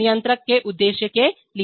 नियंत्रक के उद्देश्य के लिए